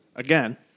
Again